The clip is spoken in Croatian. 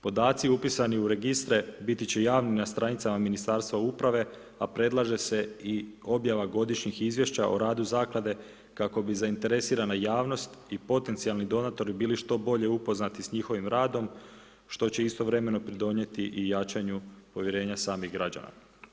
Podaci upisani u registre biti će javni na stranicama Ministarstva uprave, a predlaže se i objava godišnjih izvješća o radu zaklade, kako bi zainteresirana javnost i potencijalni donatori, bili što bolje upoznati s njihovim radom, što će istovremeno pridonijeti i jačanju povjerenja samih građana.